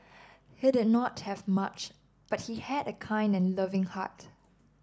he did not have much but he had a kind and loving heart